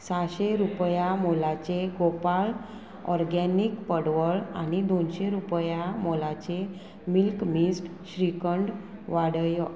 sachet रुपया मोलाचे Gopal organic पडवळ आनी दोनशे रुपया मोलाची मिल्क मिस्ट श्रीखंड वाडय